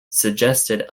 suggested